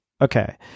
Okay